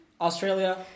Australia